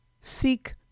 seek